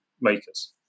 makers